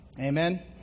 Amen